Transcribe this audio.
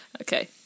Okay